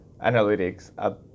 analytics